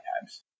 times